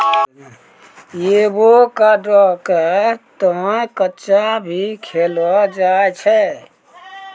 avocado क तॅ कच्चा भी खैलो जाय छै